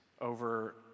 over